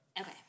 Okay